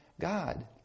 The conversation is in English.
God